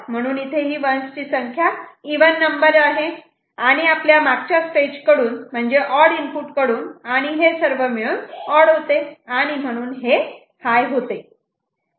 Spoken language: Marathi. आणि म्हणून इथे हे 1's ची संख्या इव्हन नंबर आहे आणि आपल्या मागच्या स्टेज कडून म्हणजेच ऑड इनपुट कडून आणि हे सर्व मिळून ऑड होते आणि म्हणून हे हाय होते